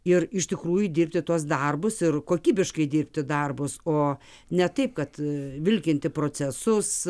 ir iš tikrųjų dirbti tuos darbus ir kokybiškai dirbti darbus o ne taip kad vilkinti procesus